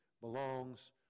belongs